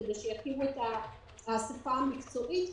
כדי שיכירו את השפה המקצועית.